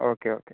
okay okay